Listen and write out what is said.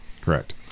Correct